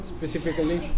Specifically